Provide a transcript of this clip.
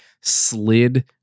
slid